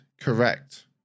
Correct